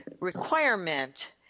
requirement